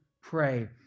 pray